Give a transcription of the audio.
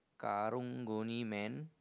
garang-guni man